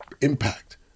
impact